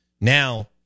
Now